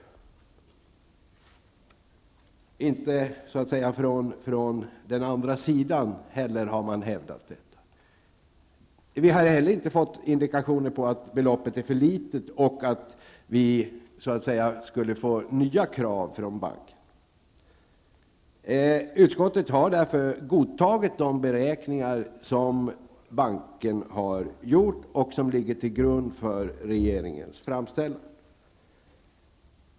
Inte heller från den andra sidan har man hävdat detta. Vi har inte heller fått indikationer på att beloppet är för litet och att vi så att säga kommer att få nya krav från banken. Utskottet har därför godtagit de beräkningar som banken har gjort och som ligger till grund för regeringens framställning.